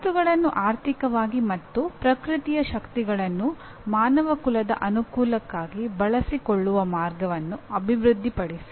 ವಸ್ತುಗಳನ್ನು ಆರ್ಥಿಕವಾಗಿ ಮತ್ತು ಪ್ರಕೃತಿಯ ಶಕ್ತಿಗಳನ್ನು ಮಾನವಕುಲದ ಅನುಕೂಲಕ್ಕಾಗಿ ಬಳಸಿಕೊಳ್ಳುವ ಮಾರ್ಗಗಳನ್ನು ಅಭಿವೃದ್ಧಿಪಡಿಸಿ